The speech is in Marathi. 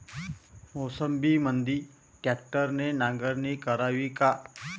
मोसंबीमंदी ट्रॅक्टरने नांगरणी करावी का?